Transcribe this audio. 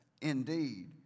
indeed